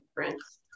difference